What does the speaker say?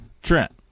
Trent